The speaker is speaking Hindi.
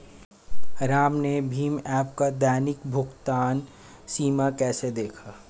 राम ने भीम ऐप का दैनिक भुगतान सीमा कैसे देखा?